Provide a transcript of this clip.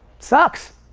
sucks.